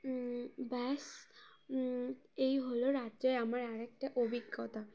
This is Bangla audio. ব্যাস এই হলো রাজ্যে আমার আরে একটা অভিজ্ঞতা